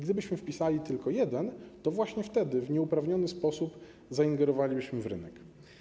Gdybyśmy wpisali tylko jeden, to właśnie wtedy w nieuprawniony sposób zaingerowalibyśmy w rynek.